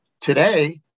today